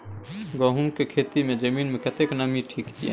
गहूम के खेती मे जमीन मे कतेक नमी ठीक ये?